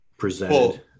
presented